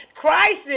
crisis